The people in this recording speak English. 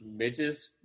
Bitches